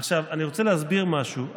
עכשיו, אני רוצה להסביר משהו.